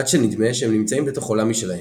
עד שנדמה שהם נמצאים בתוך עולם משלהם.